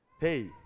Hey